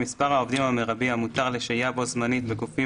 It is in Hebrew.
מספר העובדים המרבי המותר לשהייה בו־זמנית בגופים